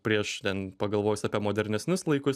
prieš ten pagalvojus apie modernesnius laikus